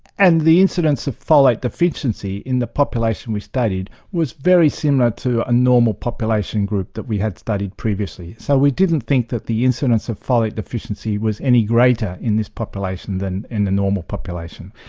and the incidence of folate deficiency in the population we studied was very similar to a normal population group that we had studied previously. so we didn't think that the incidence of folate deficiency was any greater in this population than in the normal population.